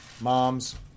moms